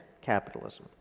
capitalism